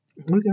Okay